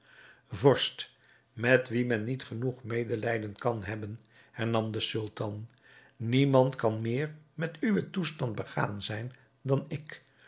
vorst met wien men niet genoeg medelijden kan hebben hernam de sultan niemand kan meer met uwen toestand begaan zijn dan ik